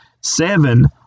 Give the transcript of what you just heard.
seven